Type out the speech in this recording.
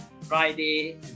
Friday